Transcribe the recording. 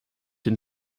den